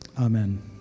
Amen